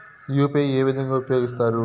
UPI ఏ విధంగా ఉపయోగిస్తారు?